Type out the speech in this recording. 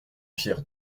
pierre